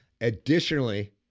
Additionally